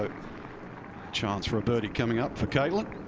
a chance for a birdie coming up for kaitlyn.